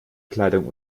kleidung